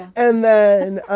and then,